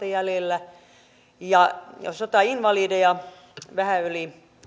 jäljellä ja sotainvalideja vähän yli